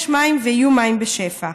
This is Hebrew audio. יש מים ויהיו מים בשפע.